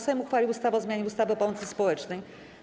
Sejm uchwalił ustawę o zmianie ustawy o pomocy społecznej.